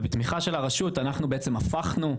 ובתמיכה של הרשות אנחנו בעצם הפכנו,